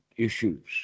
Issues